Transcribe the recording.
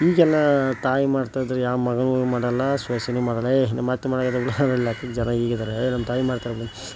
ಈಗೆಲ್ಲ ತಾಯಿ ಮಾಡ್ತಾಯಿದ್ದರೆ ಯಾವ ಮಗಾನೂ ಮಾಡೋಲ್ಲ ಸೊಸೆಯೂ ಮಾಡೋಲ್ಲ ಏ ನಿಮ್ಮಅತ್ತೆ ಜನ ಹೀಗಿದ್ದಾರೆ ಏ ನಮ್ಮ ತಾಯಿ ಮಾಡ್ತಾಳೆ ಬಿಡು